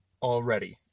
already